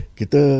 kita